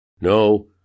No